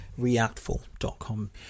Reactful.com